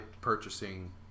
purchasing